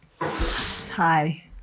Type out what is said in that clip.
Hi